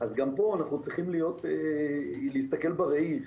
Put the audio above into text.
גם פה אנחנו צריכים להסתכל בראי,